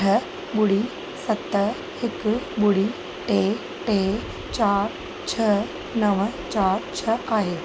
अठ ॿुड़ी सत हिकु ॿुड़ी टे टे चार छह नव चार छह आहे